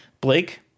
Blake